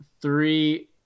three